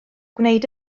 gwneud